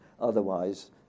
Otherwise